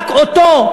רק אותו,